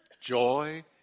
joy